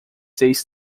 seis